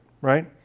right